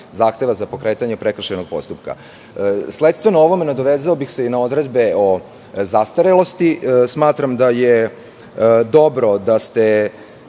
za pokretanje prekršajnog postupka. Sledstveno ovome nadovezao bih se i na odredbe o zastarelosti. Smatram da je dobro da je